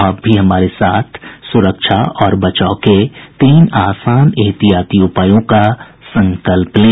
आप भी हमारे साथ सुरक्षा और बचाव के तीन आसान एहतियाती उपायों का संकल्प लें